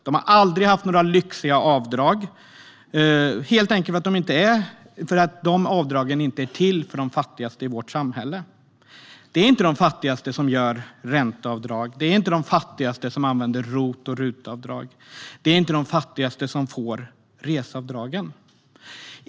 De har aldrig haft några lyxiga avdrag, helt enkelt för att de avdragen inte är till för de fattigaste i vårt samhälle. Det är inte de fattigaste som gör ränteavdrag. Det är inte de fattigaste som använder ROT och RUT-avdrag. Det är inte de fattigaste som får reseavdragen.